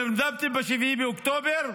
נרדמתם ב-7 באוקטובר,